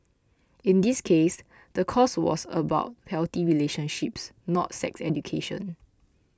in this case the course was about healthy relationships not sex education